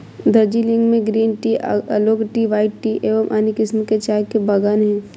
दार्जिलिंग में green tea, oolong tea, white tea एवं अन्य किस्म के चाय के बागान हैं